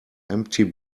empty